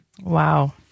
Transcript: Wow